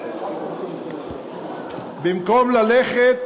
במקום ללכת